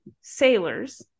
sailors